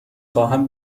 خواهم